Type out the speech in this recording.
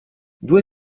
due